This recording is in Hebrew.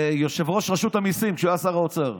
יושב-ראש רשות המיסים, כשהוא היה שר האוצר,